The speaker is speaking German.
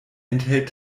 enthält